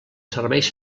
serveis